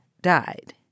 died